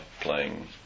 playing